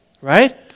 right